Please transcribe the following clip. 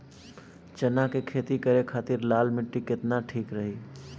चना के खेती करे के खातिर लाल मिट्टी केतना ठीक रही?